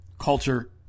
culture